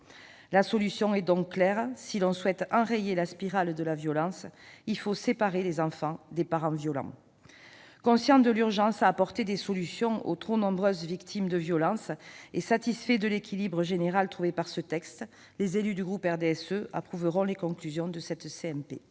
La solution est donc claire : si l'on souhaite enrayer la spirale de la violence, il faut séparer les enfants des parents violents. Conscients de l'urgence à apporter des solutions aux trop nombreuses victimes de violences et satisfaits de l'équilibre général trouvé au travers de ce texte, les élus du groupe du RDSE approuveront les conclusions de la CMP.